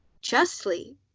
justly